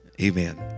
amen